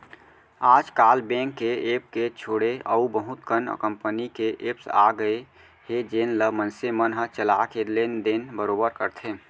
आज काल बेंक के ऐप के छोड़े अउ बहुत कन कंपनी के एप्स आ गए हे जेन ल मनसे मन ह चला के लेन देन बरोबर करथे